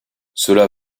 cela